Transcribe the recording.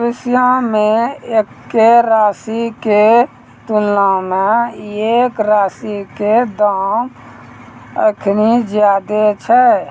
भविष्यो मे एक्के राशि के तुलना मे एक राशि के दाम अखनि ज्यादे छै